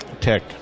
tech